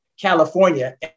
California